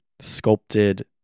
sculpted